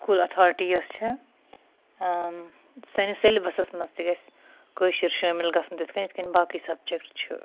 school authority یوٚس چھِ سٲنِس سیلبَسَس مَنٛز تہِ گَژھِ کٲشُر شٲمِل گَژھُن تِتھ کنۍ یِتھ کنۍ باقٕے سَبجکٹ چھِ